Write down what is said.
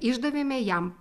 išdavėme jam